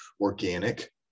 organic